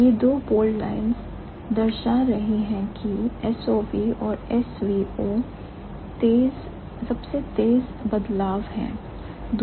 यह दो bold lines दर्शा रही हैं SOV और SVO सबसे बारंबार होने वाले बदलाव हैं